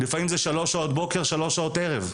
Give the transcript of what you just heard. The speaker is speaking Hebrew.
לפעמים שלוש שעות בוקר ושלוש שעות ערב.